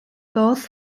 both